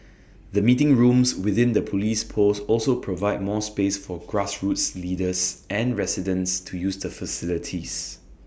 the meeting rooms within the Police post also provide more space for grassroots leaders and residents to use the facilities